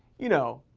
you know,